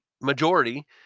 majority